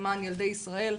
למען ילדי ישראל,